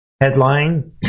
Headline